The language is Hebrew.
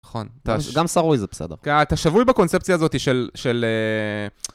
נכון, גם סרוי זה בסדר. אתה שבוי בקונספציה הזאת של...